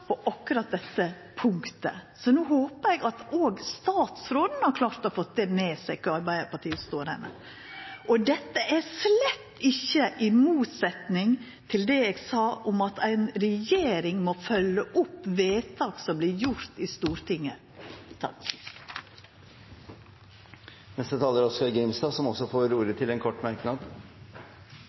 gjeld akkurat dette punktet, så no håpar eg at òg statsråden har klart å få med seg kor Arbeidarpartiet står. Dette står slett ikkje i motsetnad til det eg sa om at ei regjering må følgja opp vedtak som vert gjorde i Stortinget. Representanten Oskar J. Grimstad har hatt ordet to ganger tidligere og får ordet til en kort merknad,